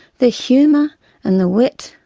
the humour and the wit.